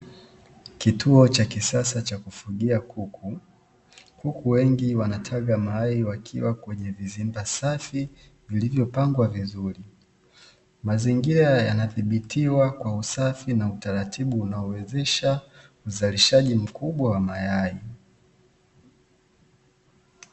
Kituo cha kisasa cha kufugia kuku, kuku wengi wanataga mayai wakiwa kwenye vizimba safi vilivyopangwa vizuri. Mazingira yanadhibitiwa kwa usafi na utaratibu unaowezesha uzalishaji mkubwa wa mayai.